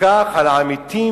ובכך על העמיתים